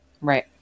Right